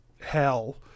hell